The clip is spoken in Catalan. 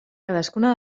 cadascuna